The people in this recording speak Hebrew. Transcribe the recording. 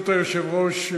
היושב-ראש,